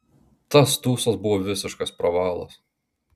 tas tūsas buvo visiškas pravalas